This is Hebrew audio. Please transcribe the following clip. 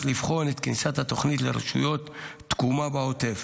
לבחון את כניסת התוכנית לרשויות תקומה בעוטף.